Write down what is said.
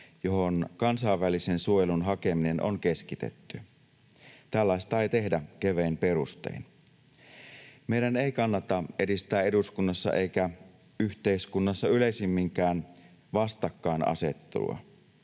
johon kansainvälisen suojelun hakeminen on keskitetty. Tällaista ei tehdä kevein perustein. Meidän ei kannata edistää eduskunnassa eikä yhteiskunnassa yleisemminkään vastakkainasettelua.